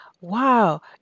wow